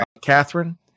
Catherine